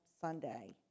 Sunday